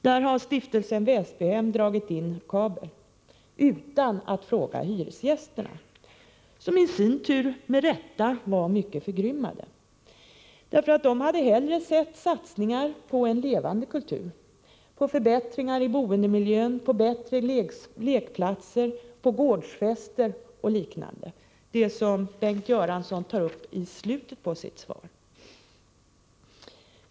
Där har stiftelsen Väsbyhem dragit in kabel — utan att fråga hyresgästerna, som i sin tur med rätta var mycket förgrymmade. De hade hellre sett satsningar på en levande kultur, på förbättringar i boendemiljön, bättre lekplatser, gårdsfester osv. — det som Bengt Göransson tar upp i slutet av sitt svar.